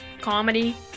Comedy